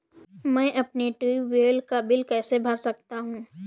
मैं अपने ट्यूबवेल का बिल कैसे भर सकता हूँ?